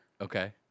Okay